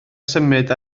symud